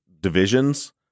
divisions